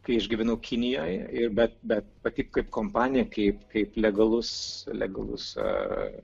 kai aš gyvenau kinijoje ir bet bet pati kaip kompanija kaip kaip legalus legalus ar